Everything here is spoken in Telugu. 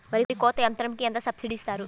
వరి కోత యంత్రంకి ఎంత సబ్సిడీ ఇస్తారు?